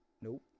nope